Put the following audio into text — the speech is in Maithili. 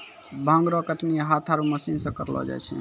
भांग रो कटनी हाथ आरु मशीन से करलो जाय छै